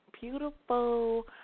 beautiful